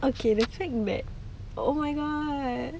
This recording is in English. okay the fact that oh my god